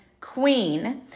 queen